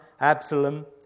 Absalom